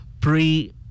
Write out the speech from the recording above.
pre